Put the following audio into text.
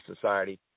society